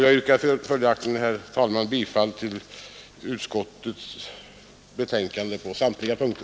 Jag yrkar följaktligen, herr talman, bifall till utskottets förslag på samtliga punkter.